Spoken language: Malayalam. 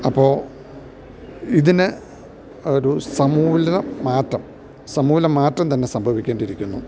അപ്പോള് ഇതിന് ഒരു സമൂലമാറ്റം തന്നെ സംഭവിക്കേണ്ടിയിരിക്കുന്നു